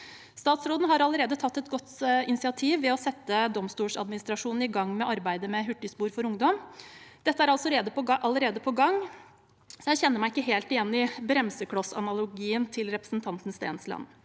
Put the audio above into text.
Statsråden har allerede tatt et godt initiativ ved å sette Domstoladministrasjonen i gang med arbeidet med hurtigspor for ungdom. Dette er altså allerede på gang. Jeg kjenner meg ikke helt igjen i bremseklossanalogien til representanten Stensland.